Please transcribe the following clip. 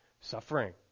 suffering